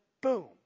boom